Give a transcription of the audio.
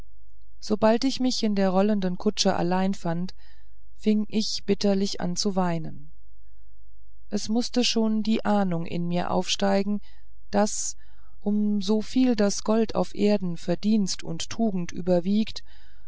sobald ich mich in der rollenden kutsche allein fand fing ich bitterlich an zu weinen es mußte schon die ahnung in mir aufsteigen daß um so viel das gold auf erden verdienst und tugend überwiegt